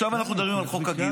חברת הכנסת בן ארי, די.